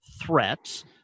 threats